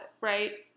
right